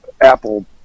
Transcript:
Apple